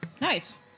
Nice